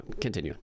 continue